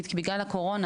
בגלל הקורונה,